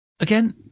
Again